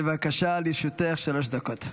בבקשה, לרשותך שלוש דקות.